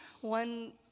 one